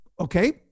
Okay